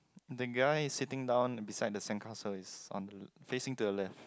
that guy is sitting down beside the sandcastle is onto facing to the left